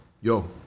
Yo